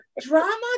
drama